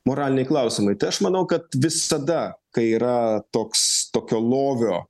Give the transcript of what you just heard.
moraliniai klausimai tai aš manau kad visada kai yra toks tokio lovio